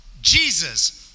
Jesus